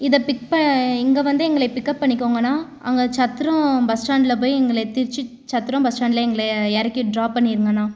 இத பிக் ப இங்கே வந்து எங்களை வந்து எங்களை பிக்கப் பண்ணிக்கங்கண்ணா அங்கே சத்திரம் பஸ் ஸ்டாண்டில் போய் எங்களை திருச்சி சத்திரம் பஸ் ஸ்டாண்டில் எங்களை எ இறக்கி டிராப் பண்ணிடுங்கண்ணா